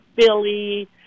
Philly